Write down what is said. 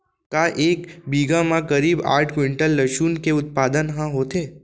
का एक बीघा म करीब आठ क्विंटल लहसुन के उत्पादन ह होथे?